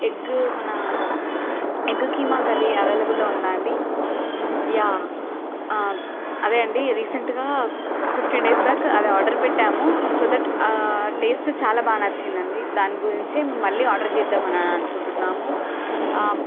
egg మన egg keema curry అవైలబుల్లో ఉందా అండి యా అదే అండి రీసెంట్గా ఫిఫ్టీన్ డేస్ బ్యాక్ అది ఆర్డర్ పెట్టాము సో దట్ టేస్ట్ చాలా బాగా నచ్చింది అండి దాని గురించి మళ్ళీ ఆర్డర్ చేద్దామని అనుకుంటున్నాము